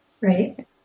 Right